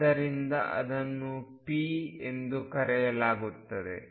ಆದ್ದರಿಂದ ಅದನ್ನು ⟨p⟩ ಎಂದು ಕರೆಯುತ್ತಾರೆ